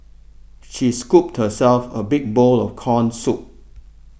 she scooped herself a big bowl of Corn Soup